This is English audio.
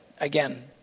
again